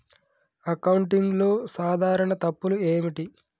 అకౌంటింగ్లో సాధారణ తప్పులు ఏమిటి?